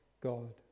God